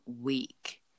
week